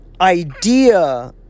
idea